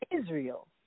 Israel